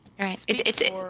Right